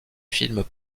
films